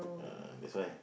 uh that's why